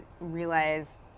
realize